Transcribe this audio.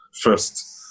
first